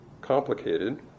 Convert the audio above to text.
complicated